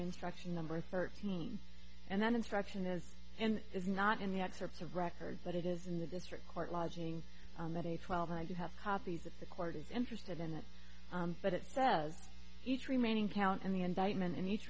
instruction number thirteen and then instruction is and is not in the excerpts of record but it is in the district court lodging at age twelve and i do have copies of the court is interested in it but it says each remaining count in the indictment and each